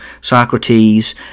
Socrates